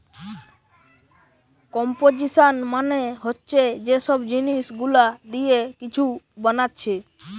composition মানে হচ্ছে যে সব জিনিস গুলা দিয়ে কিছু বানাচ্ছে